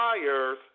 liars